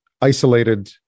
Isolated